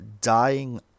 dying